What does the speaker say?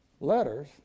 letters